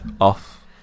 off